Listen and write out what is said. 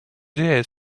dare